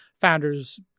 founder's